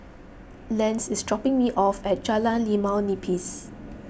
Lance is dropping me off at Jalan Limau Nipis